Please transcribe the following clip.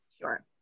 sure